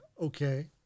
okay